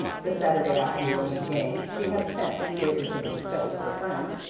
the saturday afternoon of the game she had spent, greatly to the disgust of her friends,